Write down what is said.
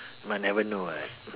might never know ah